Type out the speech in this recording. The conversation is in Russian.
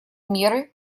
меры